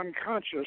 unconscious